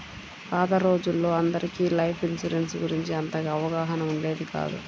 పాత రోజుల్లో అందరికీ లైఫ్ ఇన్సూరెన్స్ గురించి అంతగా అవగాహన ఉండేది కాదు